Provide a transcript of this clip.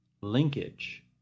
linkage